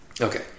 Okay